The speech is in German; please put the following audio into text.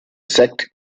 sekt